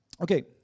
Okay